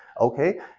Okay